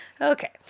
Okay